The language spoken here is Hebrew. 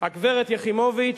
הגברת יחימוביץ,